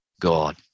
God